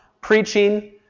preaching